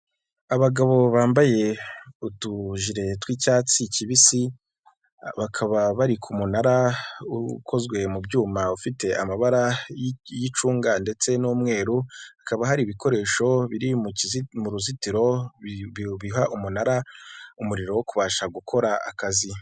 Abagabo bambaye utujire tw'icyatsi kibisi bakaba bari ku munara ukozwe mu byuma ufite amabara y'icunga ndetse n'umweru, hakaba hari ibikoresho biri mu ruzitiro biha umunara umuriro wo kubasha gukora akazi.